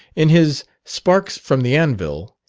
in his sparks from the anvil,